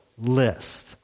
list